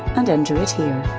and enter it here.